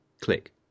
click